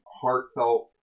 heartfelt